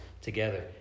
together